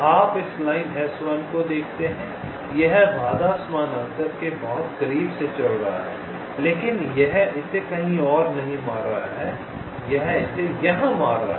आप इस line S1 को देखते हैं यह बाधा समानांतर के बहुत करीब से चल रहा है लेकिन यह इसे कहीं और नहीं मार रहा है यह यहाँ मार रहा है